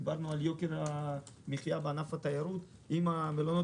דיברנו על יוקר ענף התיירות אם המלונות